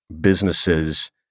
businesses